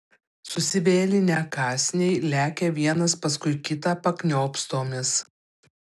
susivėlinę kąsniai lekia vienas paskui kitą pakniopstomis